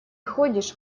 ходишь